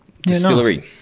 Distillery